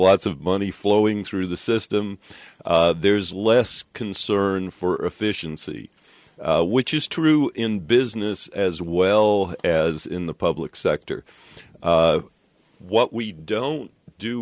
lots of money flowing through the system there's less concern for efficiency which is true in business as well as in the public sector what we don't do